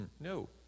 no